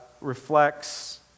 reflects